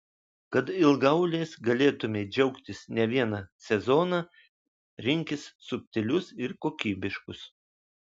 kad ilgaauliais galėtumei džiaugtis ne vieną sezoną rinkis subtilius ir kokybiškus